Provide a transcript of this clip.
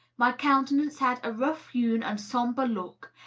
my countenance had a rough-hewn and sombre look,